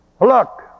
Look